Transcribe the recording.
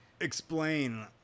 Explain